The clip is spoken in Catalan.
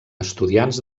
estudiants